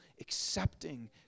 accepting